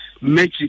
magic